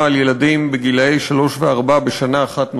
על ילדים גילאי שלוש וארבע בשנה אחת נוספת,